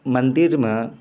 मंदिरमे